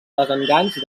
desenganys